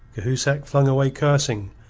cahusac flung away cursing,